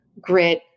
grit